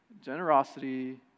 generosity